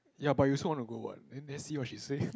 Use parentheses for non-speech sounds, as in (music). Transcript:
ya but you also want to go what then see what she say (laughs)